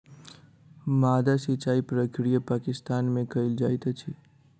माद्दा सिचाई प्रक्रिया पाकिस्तान में कयल जाइत अछि